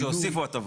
שהוסיפו הטבות.